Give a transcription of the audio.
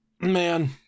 Man